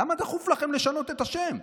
למה דחוף לכם לשנות את השם?